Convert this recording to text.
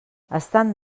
estant